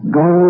go